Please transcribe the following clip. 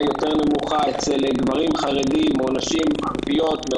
נמוכה יותר אצל גברים חרדים או נשים ערביות.